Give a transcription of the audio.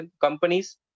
companies